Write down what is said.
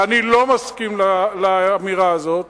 ואני לא מסכים לאמירה הזאת,